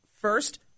First